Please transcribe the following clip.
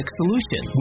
solution